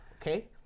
Okay